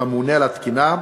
שהם הממונה על התקינה,